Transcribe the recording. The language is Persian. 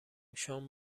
شام